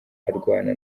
arwana